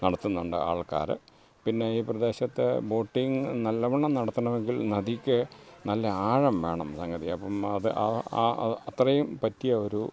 നടത്തുന്നുണ്ട് ആൾക്കാർ പിന്നെ ഈ പ്രദേശത്ത് ബോട്ടിംഗ് നല്ലവണ്ണം നടത്തണമെങ്കിൽ നദിക്ക് നല്ല ആഴം വേണം സംഗതി അപ്പം അത് ആ അത്രയും പറ്റിയ ഒരു